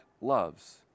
loves